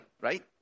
right